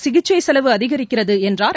சிகிச்சை செலவு அதிகரிக்கிறது என்றார்